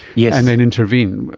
yeah and then intervene.